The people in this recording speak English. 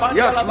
yes